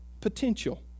potential